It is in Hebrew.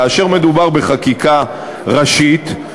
כאשר מדובר בחקיקה ראשית,